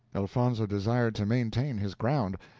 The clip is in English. elfonzo desired to maintain his ground,